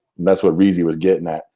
that's what reezy was getting at.